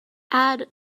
add